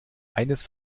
eines